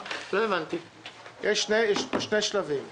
יש שני שלבים.